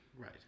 right